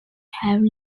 have